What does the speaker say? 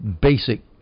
basic